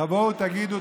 תבואו ותגידו,